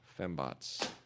fembots